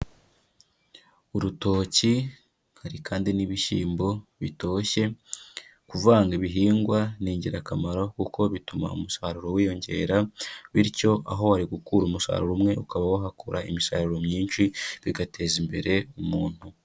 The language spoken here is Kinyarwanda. Urutoki hari kandi n'ibishyimbo bitoshye kuvanga ibihingwa ni ingirakamaro kuko bituma umusaruro wiyongera bityo aho wari gukura umusaruro umwe ukaba wahakura imisaruro myinshi bigateza imbere umuntu.